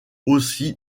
aussi